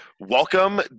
Welcome